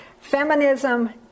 feminism